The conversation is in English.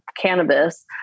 cannabis